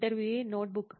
ఇంటర్వ్యూఈ notebook